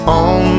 on